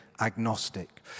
agnostic